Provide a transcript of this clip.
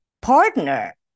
partner